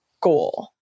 goal